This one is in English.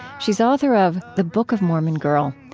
she's author of the book of mormon girl,